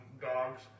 dogs